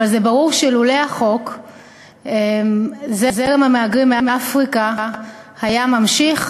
אבל ברור שלולא החוק זרם המהגרים מאפריקה היה נמשך,